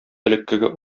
элеккеге